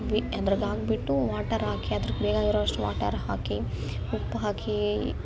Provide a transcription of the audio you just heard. ಅದ್ರಾಗೆ ಹಾಕಿಬಿಟ್ಟು ವಾಟರ್ ಹಾಕಿ ಅದಕ್ಕೆ ಬೇಕಾಗಿರೋಷ್ಟು ವಾಟರ್ ಹಾಕಿ ಉಪ್ಪು ಹಾಕಿ